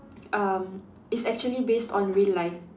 um it's actually based on real life